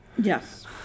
Yes